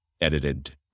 edited